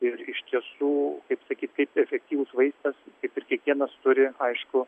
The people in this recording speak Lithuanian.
ir iš tiesų kaip sakyt kaip efektyvus vaistas kaip ir kiekvienas turi aišku